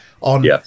On